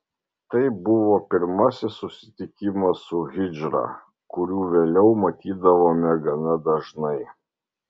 tai buvo pirmasis susitikimas su hidžra kurių vėliau matydavome gana dažnai